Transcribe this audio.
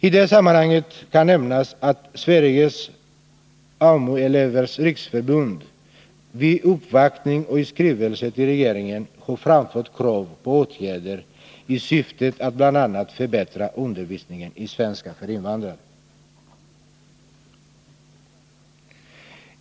I det sammanhanget kan nämnas att Sveriges AMU-elevers riksförbund, vid uppvaktning och i skrivelse till regeringen, har framfört krav på åtgärder i syfte att bl.a. förbättra undervisningen i svenska för invandrare.